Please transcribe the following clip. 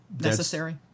necessary